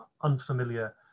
unfamiliar